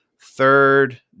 third